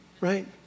Right